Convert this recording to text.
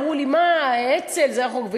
אמרו לי: האצ"ל זה רחוק,